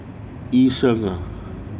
医生啊